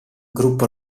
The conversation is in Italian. gruppo